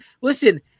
Listen